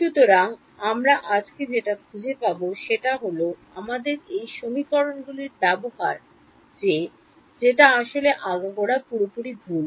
সুতরাং আমরা আজকে যেটা খুঁজে পাবো সেটা হল আমাদের এই সমীকরণগুলির ব্যবহার যে যেটা আসলে আগাগোড়া পুরোপুরিভাবে ভুল